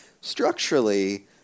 structurally